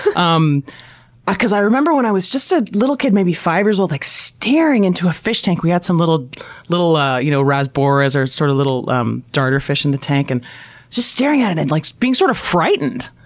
um because i remember when i was just a little kid, maybe five years old, just like staring into a fish tank we had some little little ah you know rasboras or sort of little um darter fish in the tank and just staring at it and like being sort of frightened.